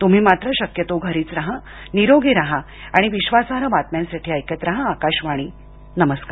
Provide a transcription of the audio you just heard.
तुम्ही मात्र शक्यतो घरीच राहा निरोगी राहा आणि विश्वासार्ह बातम्यांसाठी ऐकत राहा आकाशवाणी नमस्कार